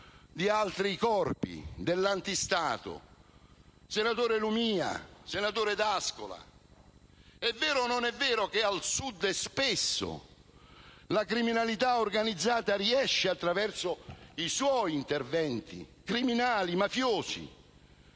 di altri corpi, dell'anti-Stato. Senatore Lumia, senatore D'Ascola, è vero o non è vero che spesso al Sud la criminalità organizzata, attraverso i suoi interventi criminali e mafiosi,